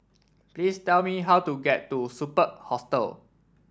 please tell me how to get to Superb Hostel